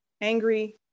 angry